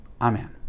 Amen